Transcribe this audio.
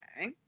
Okay